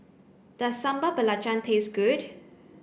does sambal belacan taste good